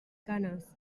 canes